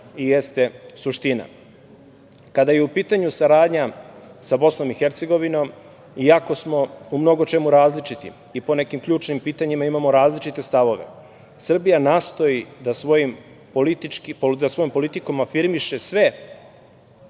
i jeste suština. Kada je u pitanju saradnja sa Bosnom i Hercegovinom jako smo u mnogo čemu različiti i po nekim ključnim pitanjima imamo različite stavove. Srbija nastoji da svojim politikom afirmiše sve